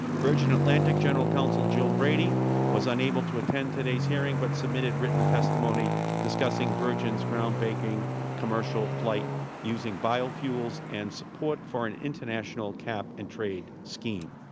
virgin atlantic general counsel jill brady was unable to attend today's hearing, but submitted written testimony discussing virgin's groundbreaking commercial flight using biofuels and support for an international cap-and trade scheme.